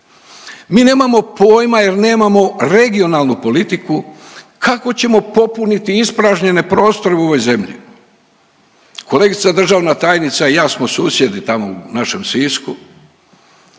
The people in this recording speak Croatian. Mi nemamo pojma jer nemamo regionalnu politiku kako ćemo popuniti ispražnjene prostore u ovoj zemlji. Kolegica državna tajnica i ja smo susjedi tamo u našem Sisku